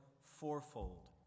fourfold